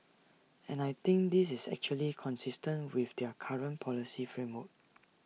and I think this is actually consistent with their current policy framework